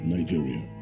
Nigeria